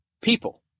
people